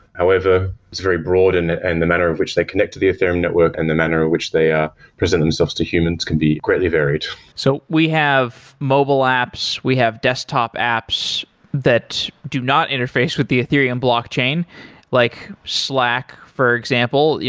however, it's very broad and and the manner of which they connect to the ethereum network and the manner of which they ah present themselves to humans can be greatly varied so we have mobile apps, we have desktop apps that do not interface with the ethereum blockchain, like slack, for example.